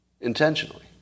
intentionally